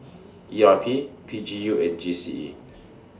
E R P P G U and G C E